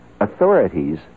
Authorities